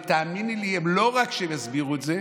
תאמיני לי, לא רק שהם יסבירו את זה,